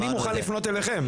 אני מוכן לפנות אליכם ברצון.